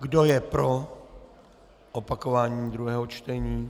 Kdo je pro opakování druhého čtení?